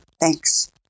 Thanks